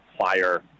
Fire